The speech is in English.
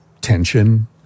tension